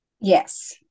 Yes